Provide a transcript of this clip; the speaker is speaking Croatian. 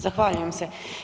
Zahvaljujem se.